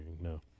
No